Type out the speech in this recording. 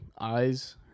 eyes